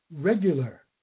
regular